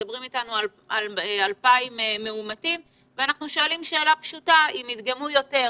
מדברים אתנו על 2,000 מאומתים ואנחנו שואלים שאלה פשוטה: אם ידגמו יותר,